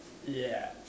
ya